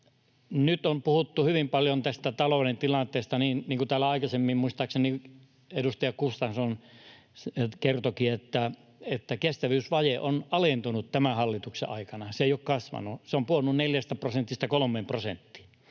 Nyt on puhuttu hyvin paljon tästä talouden tilanteesta. Niin kuin täällä aikaisemmin muistaakseni edustaja Gustafsson kertoikin, kestävyysvaje on alentunut tämän hallituksen aikana. Se ei ole kasvanut. Se on pudonnut neljästä prosentista